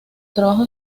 trabajo